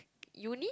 uni